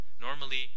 Normally